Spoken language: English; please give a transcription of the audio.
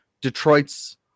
Detroit's